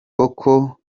koko